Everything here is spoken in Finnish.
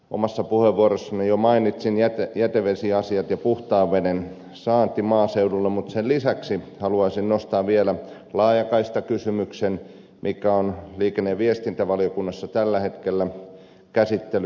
omassa puheenvuorossani jo mainitsin jätevesiasiat ja puhtaan veden saannin maaseudulla mutta sen lisäksi haluaisin nostaa vielä laajakaistakysymyksen joka on liikenne ja viestintävaliokunnassa tällä hetkellä käsittelyssä